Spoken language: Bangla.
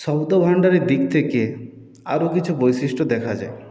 শব্দভান্ডারের দিক থেকে আরো কিছু বৈশিষ্ট্য দেখা যায়